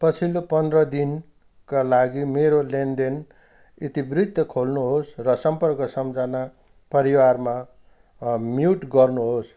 पछिल्लो पन्ध्र दिनका लागि मेरो लेनदेन इतिवृत्त खोल्नुहोस् र सम्पर्क सम्झना परिवारमा म्युट गर्नुहोस्